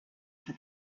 for